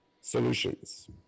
solutions